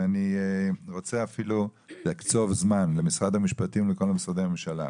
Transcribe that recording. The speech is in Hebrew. ואני רוצה אפילו לקצוב זמן למשרד המשפטים ולכל משרדי הממשלה: